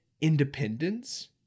independence